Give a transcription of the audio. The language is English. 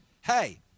Hey